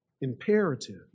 imperative